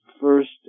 first